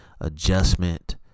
adjustment